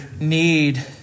need